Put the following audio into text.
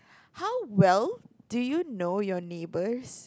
how well do you know your neighbours